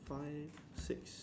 five six